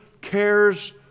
cares